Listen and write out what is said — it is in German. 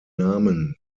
namen